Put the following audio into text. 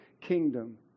kingdom